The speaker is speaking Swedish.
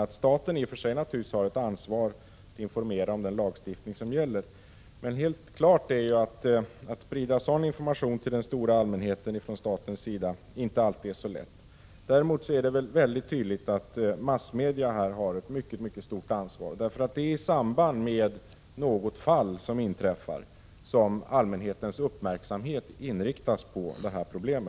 att staten i och för sig naturligtvis har ett ansvar att informera om den lagstiftning som gäller, precis som motionären uttryckte tidigare. Helt klart är dock att det inte alltid är så lätt att sprida sådan information till den stora allmänheten från statens sida. Däremot är det tydligt att massmedia här har ett mycket stort ansvar. Det är ju i samband med att något fall inträffar som allmänhetens uppmärksamhet riktas mot detta problem.